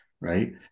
right